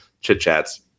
chit-chats